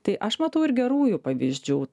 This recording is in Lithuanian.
tai aš matau ir gerųjų pavyzdžių